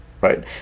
right